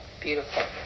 Beautiful